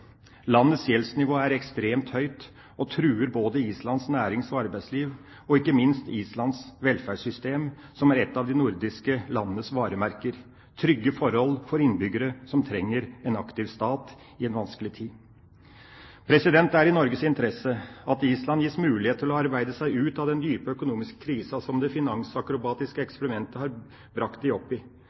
Landets gjeldsnivå er ekstremt høyt og truer Islands nærings- og arbeidsliv og ikke minst Islands velferdssystem, noe som er et av de nordiske landenes varemerker – trygge forhold for innbyggere som trenger en aktiv stat i en vanskelig tid. Det er i Norges interesse at Island gis mulighet til å arbeide seg ut av den dype økonomiske krisen som det finansakrobatiske eksperimentet har brakt dem opp i,